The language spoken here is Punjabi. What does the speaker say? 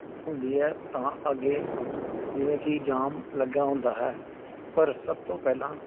ਹੁੰਦੀ ਹੈ ਤਾਂ ਅੱਗੇ ਜਿਵੇਂ ਕੀ ਜਾਮ ਲੱਗਾ ਹੁੰਦਾ ਹੈ ਪਰ ਸਭ ਤੋਂ ਪਹਿਲਾਂ